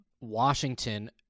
Washington